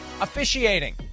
officiating